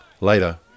Later